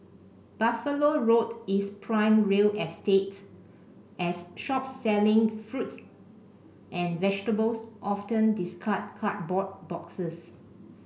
Buffalo Road is prime real estate as shops selling fruits and vegetables often discard cardboard boxes